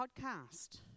podcast